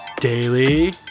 Daily